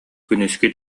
күнүскү